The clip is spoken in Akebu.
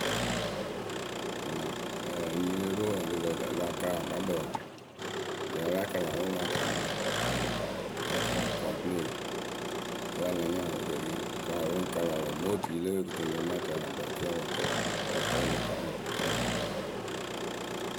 Bon be nyiyǝ o ru ǝrɨkǝ a la kaala wɨkpakpǝ wǝǝ ŋle a la kala wǝ́ wɨ láa kaamɨ lǝ̈ láa kala kɔmpɨlee we a la nya o wɨ ke ri pɨ kala lǝ̈ modii le yǝ we kɨtɨŋkǝ ŋ náa ca lǝ̈ kpɛŋ oturu a la kala ŋlë kǝ́ o lóo ko anyɩŋ o mɨ poŋ ayɩrɩ.